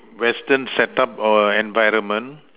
Western set up or environment